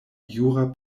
jura